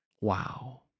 Wow